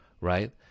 right